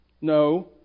No